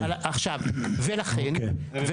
זה